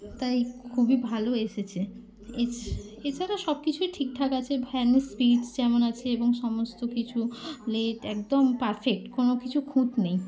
তাই খুবই ভালো এসেছে এছ এছাড়া সব কিছুই ঠিকঠাক আছে ফ্যানের স্পীড যেমন আছে এবং সমস্ত কিছু ব্লেড একদম পারফেক্ট কোনো কিছু খুঁত নেই